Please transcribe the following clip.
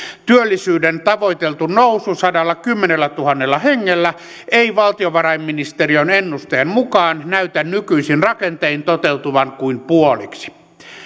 työllisyyden tavoiteltu nousu sadallakymmenellätuhannella hengellä ei valtiovarainministeriön ennusteen mukaan näytä nykyisin rakentein toteutuvan kuin puoliksi